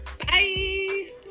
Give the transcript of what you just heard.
Bye